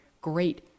Great